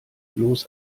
bloß